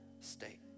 state